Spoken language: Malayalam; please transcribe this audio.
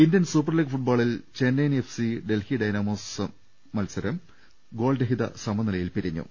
ഇന്ത്യൻ സൂപ്പർ ലീഗ് ഫുട്ബോളിൽ Chennaiyin F C Delhi Dynamos മത്സരം ഗോൾരഹിത സമനിലയിൽ പിരിഞ്ഞു